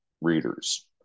readers